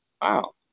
Wow